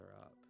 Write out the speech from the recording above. up